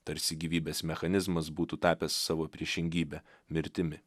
tarsi gyvybės mechanizmas būtų tapęs savo priešingybe mirtimi